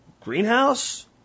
Greenhouse